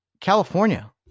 California